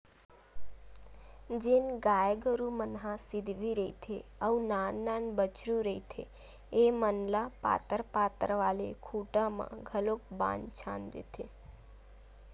जेन गाय गरु मन ह सिधवी रहिथे अउ नान नान बछरु रहिथे ऐमन ल पातर पातर वाले खूटा मन म घलोक बांध छांद देथे